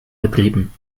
betrieben